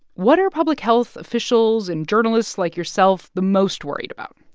what are public health officials and journalists like yourself the most worried about?